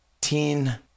teen